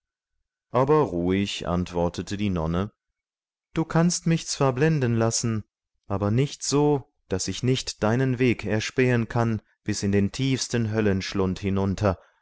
aber ruhig antwortete die nonne du kannst mich zwar blenden lassen aber nicht so daß ich nicht deinen weg erspähen kann bis in den tiefsten höllenschlund hinunter